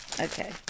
Okay